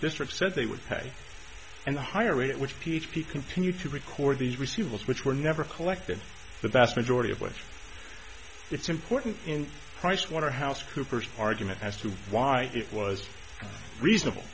district said they would pay and a higher rate which p h p continued to record these receivables which were never collected the vast majority of west it's important in price waterhouse coopers argument as to why it was reasonable